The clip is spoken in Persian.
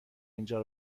اینجا